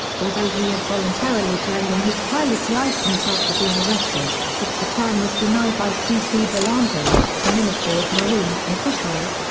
although he had voluntarily turned in his pilot's licence after being arrested, its return was denied by c. c. ballantyne, the minister of marine and fisheries,